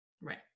Right